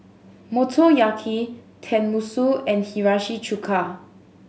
Motoyaki Tenmusu and Hiyashi Chuka